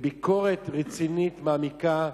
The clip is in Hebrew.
בביקורת רצינית, מעמיקה,